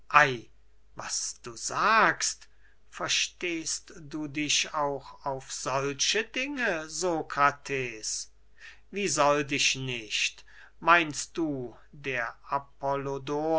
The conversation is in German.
was du sagst verstehst du dich auch auf solche dinge sokrates wie sollt ich nicht meinst du der